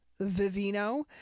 Vivino